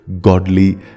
godly